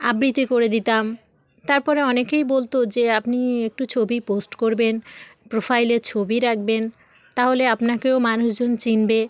আবৃতি করে দিতাম তারপরে অনেকেই বলতো যে আপনি একটু ছবি পোস্ট করবেন প্রোফাইলে ছবি রাখবেন তাহলে আপনাকেও মানুষজন চিনবে